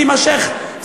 עם השיח'